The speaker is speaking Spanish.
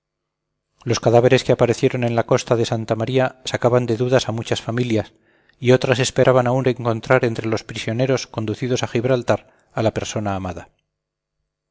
los cadáveres que aparecieron en la costa de santa maría sacaban de dudas a muchas familias y otras esperaban aún encontrar entre los prisioneros conducidos a gibraltar a la persona amada